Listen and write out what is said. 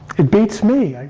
it beats me.